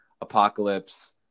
Apocalypse